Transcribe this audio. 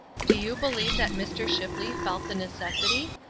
do you believe that mr. shipley felt the necessity?